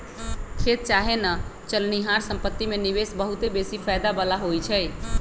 खेत चाहे न चलनिहार संपत्ति में निवेश बहुते बेशी फयदा बला होइ छइ